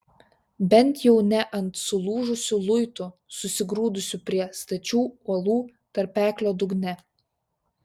bent jau ne ant sulūžusių luitų susigrūdusių prie stačių uolų tarpeklio dugne